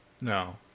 No